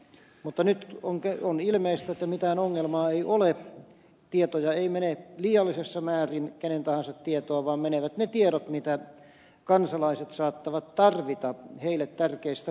mutta nyt on ilmeistä että mitään ongelmaa ei ole tietoja ei mene liiallisessa määrin kenen tahansa tietoon vaan menevät ne tiedot mitä kansalaiset saattavat tarvita heille tärkeistä henkilöistä